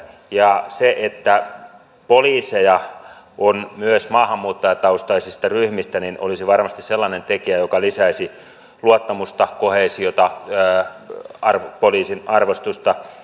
se että poliiseja on myös maahanmuuttajataustaisista ryhmistä olisi varmasti sellainen tekijä joka lisäisi luottamusta koheesiota ja poliisin arvostusta